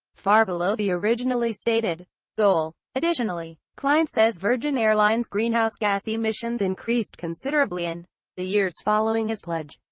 far below the originally stated goal. additionally, klein says virgin airlines' greenhouse gas emissions increased considerably in the years following his pledge.